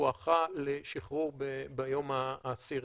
בואכה לשחרור ביום העשירי,